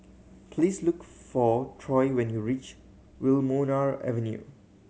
please look for Troy when you reach Wilmonar Avenue